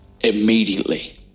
immediately